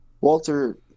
Walter